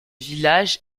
village